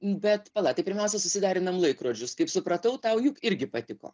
bet pala tai pirmiausia susiderinam laikrodžius kaip supratau tau juk irgi patiko